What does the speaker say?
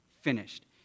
finished